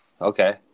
okay